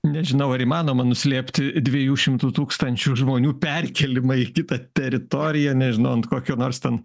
nežinau ar įmanoma nuslėpti dviejų šimtų tūkstančių žmonių perkėlimą į kitą teritoriją nežinau ant kokio nors ten